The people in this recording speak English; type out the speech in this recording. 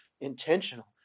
intentional